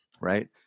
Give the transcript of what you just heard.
right